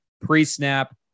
pre-snap